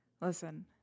listen